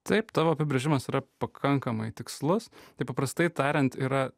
taip tavo apibrėžimas yra pakankamai tikslus tai paprastai tariant yra